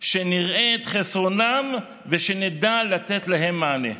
שנראה את חסרונם ושנדע לתת להם מענה.